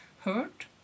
hurt